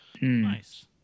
Nice